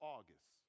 August